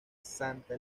santa